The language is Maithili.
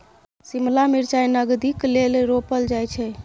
शिमला मिरचाई नगदीक लेल रोपल जाई छै